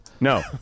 No